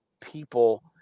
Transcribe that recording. people